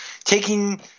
taking